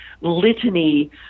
litany